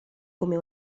come